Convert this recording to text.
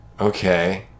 Okay